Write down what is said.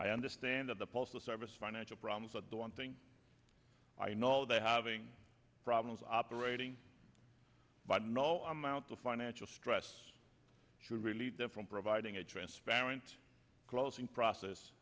i understand of the postal service financial problems at the one thing i know they're having problems operating but no i'm out the financial stress should really different providing a transparent closing process